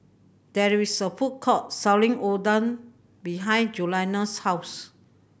there is a food court selling Oden behind Julianna's house